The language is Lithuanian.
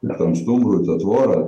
ir tam stumbrui tą tvorą